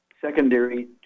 secondary